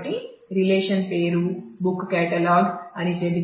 కాబట్టి రిలేషన్ పేరు బుక్ కేటలాగ్లోకి